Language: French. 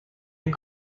est